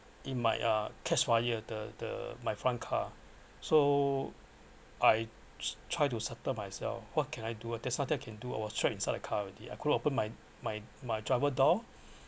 it might uh catch fire the the my front car so I try to settle myself what can I do that was I can do I was trapped inside my car already I couldn't open my my my driver door